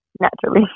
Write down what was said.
naturally